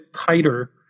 tighter